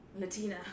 Latina